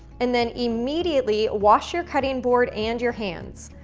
and then immediately, wash your cutting board and your hands.